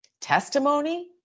Testimony